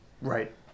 Right